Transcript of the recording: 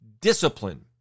discipline